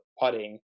putting